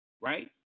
Right